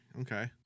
okay